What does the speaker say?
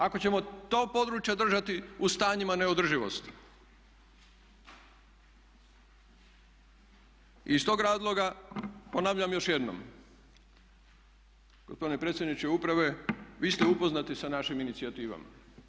Ako ćemo to područje držati u stanjima neodrživosti i iz tog razloga ponavljam još jednom gospodine predsjedniče Uprave vi ste upoznati sa našim inicijativama.